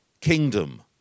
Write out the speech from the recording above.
kingdom